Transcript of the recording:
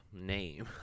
name